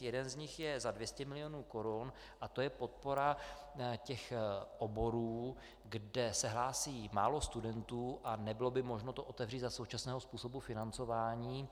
Jeden z nich je za 200 milionů korun a to je podpora oborů, kde se hlásí málo studentů a nebylo by možno to otevřít za současného způsobu financování.